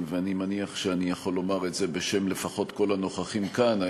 ואני מניח שאני יכול לומר את זה בשם כל הנוכחים כאן לפחות.